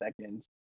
seconds